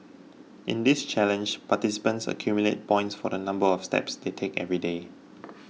in this challenge participants accumulate points for the number of steps they take every day